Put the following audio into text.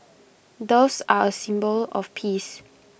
doves are A symbol of peace